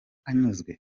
anyuzwe